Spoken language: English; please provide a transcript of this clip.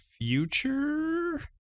future